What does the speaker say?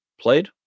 played